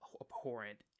abhorrent